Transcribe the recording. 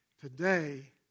today